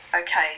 okay